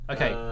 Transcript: Okay